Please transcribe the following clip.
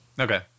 Okay